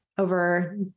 over